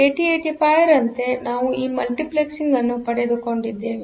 8085 ರಂತೆ ನಾವು ಈ ಮಲ್ಟಿಪ್ಲೆಕ್ಸಿಂಗ್ ಅನ್ನು ಪಡೆದುಕೊಂಡಿದ್ದೇವೆ